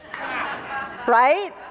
Right